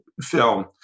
film